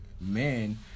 men